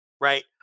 right